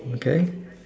okay